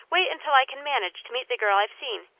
wait until i can manage to meet the girl i've seen.